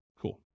Cool